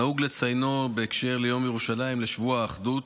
נהוג לציינו בהקשר של יום ירושלים, שבוע האחדות.